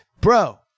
Bro